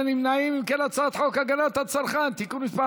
חוק הגנת הצרכן (תיקון מס'